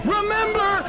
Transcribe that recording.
Remember